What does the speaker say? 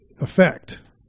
effect